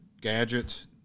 gadgets